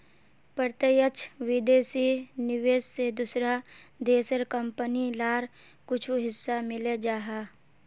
प्रत्यक्ष विदेशी निवेश से दूसरा देशेर कंपनी लार कुछु हिस्सा मिले जाहा